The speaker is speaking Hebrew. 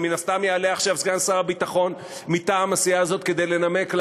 ומן הסתם יעלה עכשיו סגן שר הביטחון מטעם הסיעה הזאת כדי לנמק למה,